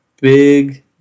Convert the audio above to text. big